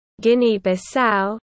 Guinea-Bissau